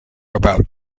about